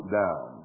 down